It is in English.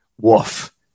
woof